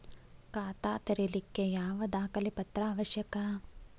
ಖಾತಾ ತೆರಿಲಿಕ್ಕೆ ಯಾವ ದಾಖಲೆ ಪತ್ರ ಅವಶ್ಯಕ?